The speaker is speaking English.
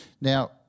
Now